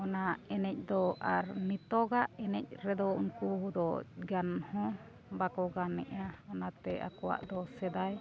ᱚᱱᱟ ᱮᱱᱮᱡ ᱫᱚ ᱟᱨ ᱱᱤᱛᱚᱜᱟᱜ ᱮᱱᱮᱡ ᱨᱮᱫᱚ ᱩᱱᱠᱩ ᱫᱚ ᱜᱟᱱ ᱦᱚᱸ ᱵᱟᱠᱚ ᱜᱟᱱᱮᱜᱼᱟ ᱚᱱᱟᱛᱮ ᱟᱠᱚᱣᱟᱜ ᱫᱚ ᱥᱮᱫᱟᱭ